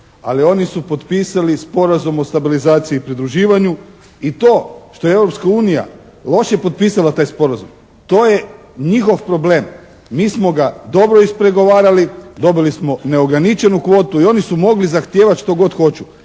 ali oni su potpisali Sporazum o stabilizaciji i pridruživanju i to što je Europska unija loše potpisala taj sporazum to je njihov problem. Mi smo ga dobro ispregovarali. Dobili smo neograničenu kvotu i oni su mogli zahtijevati što god hoću.